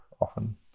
often